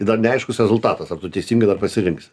ir dar neaiškus rezultatas ar tu teisingai dar pasirinksi